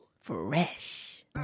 Fresh